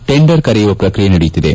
tender ಕರೆಯುವ ಪ್ರಕ್ರಿಯೆ ನಡೆಯುತ್ತಿದೆ